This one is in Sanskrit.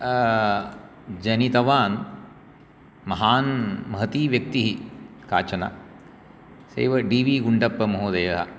जनितवान् महान् महती व्यक्तिः काचन सेव डी वी गुण्डप्पमहोदयः